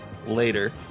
later